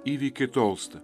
įvykiai tolsta